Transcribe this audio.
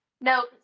No